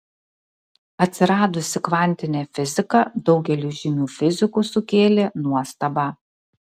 atsiradusi kvantinė fizika daugeliui žymių fizikų sukėlė nuostabą